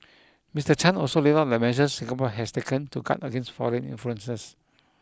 Mister Chan also laid out the measures Singapore has taken to guard against foreign influences